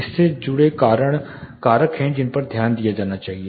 इससे जुड़े कारण हैं जिन पर ध्यान दिया जाना चाहिए